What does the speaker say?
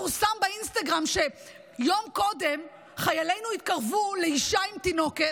פורסם באינסטגרם שיום קודם חיילינו התקרבו לאישה עם תינוקת,